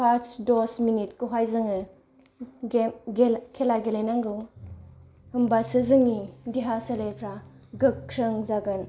pass दस minute खौहाय जोङो गेम खेला गेलेनांगौ होमबासो जोंनि देहा सोलेरफोरा गोख्रों जागोन